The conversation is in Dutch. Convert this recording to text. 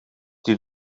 die